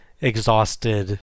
exhausted